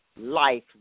life